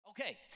Okay